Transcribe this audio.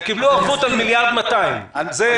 הם קיבלו ערבות 1.2 מיליארד.